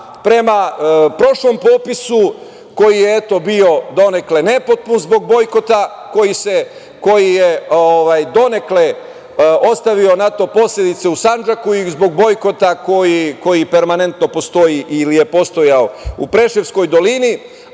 prema prošlom popisu koji je eto bio, donekle nepotpun zbog bojkota koji je donekle ostavio na to posledice u Sandžaku i zbog bojkota koji permanentno postoji ili je postojao u Preševskoj dolini,